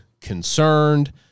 concerned